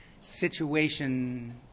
situation